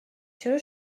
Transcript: چرا